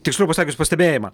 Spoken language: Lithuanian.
tiksliau pasakius pastebėjimą